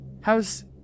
How's